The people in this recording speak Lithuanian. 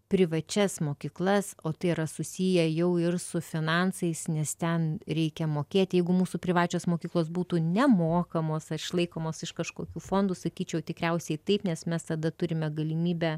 privačias mokyklas o tai yra susiję jau ir su finansais nes ten reikia mokėti jeigu mūsų privačios mokyklos būtų nemokamos ar išlaikomos iš kažkokių fondų sakyčiau tikriausiai taip nes mes tada turime galimybę